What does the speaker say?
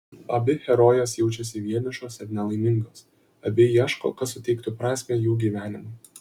abi herojės jaučiasi vienišos ir nelaimingos abi ieško kas suteiktų prasmę jų gyvenimui